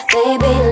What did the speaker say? Baby